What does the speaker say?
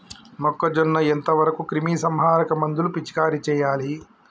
మొక్కజొన్న ఎంత వరకు క్రిమిసంహారక మందులు పిచికారీ చేయాలి?